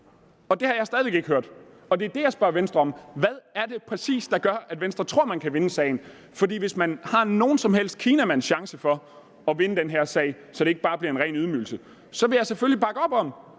Det har jeg stadig væk ikke hørt. Det er det, jeg spørger Venstre om: Hvad er det præcis, der gør, at Venstre tror, man kan vinde sagen? For hvis man har nogen som helst chance, bare mere end en kinamands chance, for at vinde den her sag, så det ikke bare bliver en ren ydmygelse, vil jeg selvfølgelig bakke op om,